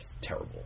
terrible